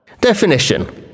Definition